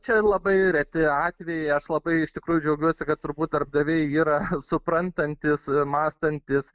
čia labai reti atvejai aš labai iš tikrųjų džiaugiuosi kad turbūt darbdaviai yra suprantantys mąstantys